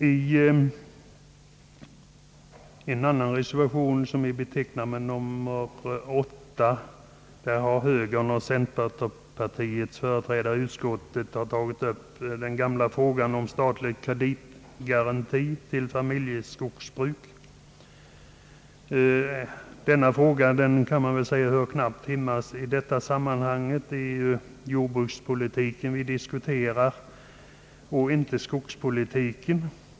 I en annan, med 8 betecknad reservation har högerns och centerpartiets företrädare i utskottet tagit upp den gamla frågan om statlig kreditgaranti till familjeskogsbruk. Denna fråga kan knappast sägas höra hemma i detta sammanhang. Det är ju jordbrukspolitiken vi diskuterar, inte skogspolitiken.